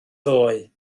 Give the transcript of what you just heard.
ddoe